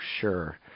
sure